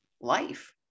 life